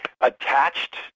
attached